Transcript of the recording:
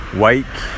wake